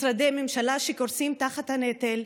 משרדי ממשלה שקורסים תחת הנטל,